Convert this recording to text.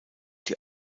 die